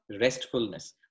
restfulness